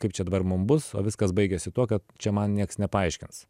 kaip čia dabar mum bus o viskas baigėsi tuo kad čia man nieks nepaaiškins